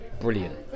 brilliant